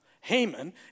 Haman